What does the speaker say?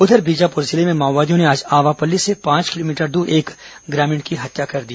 उधर बीजापुर जिले में माओवादियों ने आज आवापल्ली से पांच किलोमीटर दूर एक ग्रामीण की हत्या कर दी